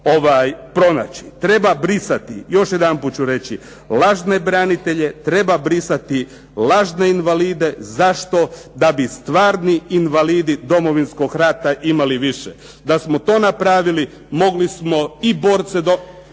Treba brisati, još jedanput ću reći, lažne branitelje, treba brisati lažne invalide. Zašto? Da bi stvarni invalidi Domovinskog rata imali više. Da smo to napravili mogli smo i borce